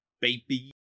Baby